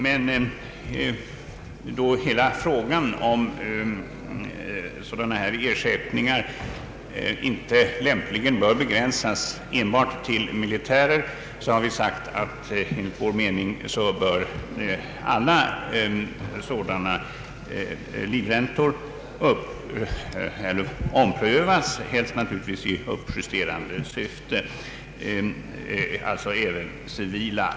Men då hela frågan om sådana här ersättningar inte lämpligen bör begränsas till enbart militärer, har vi som vår mening anfört att alla sådana livräntor, alltså även civila, bör omprövas, helst naturligtvis i uppjusterande syfte.